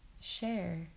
share